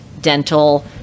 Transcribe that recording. dental